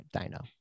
dino